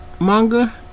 manga